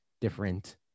different